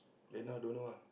then now don't know ah